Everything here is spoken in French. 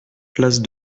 place